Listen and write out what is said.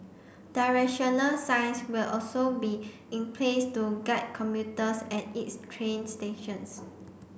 directional signs will also be in place to guide commuters at its train stations